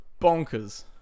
bonkers